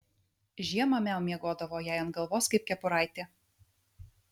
žiemą miau miegodavo jai ant galvos kaip kepuraitė